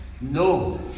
No